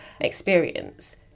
experience